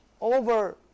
over